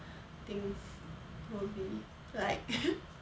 things will be like